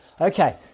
Okay